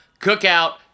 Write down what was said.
cookout